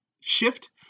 shift